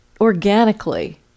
organically